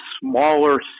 smaller